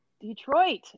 Detroit